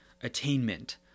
attainment